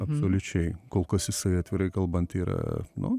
absoliučiai kol kas jisai atvirai kalbant yra nu